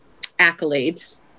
accolades